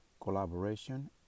Collaboration